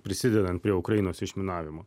prisidedant prie ukrainos išminavimo